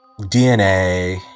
DNA